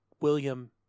William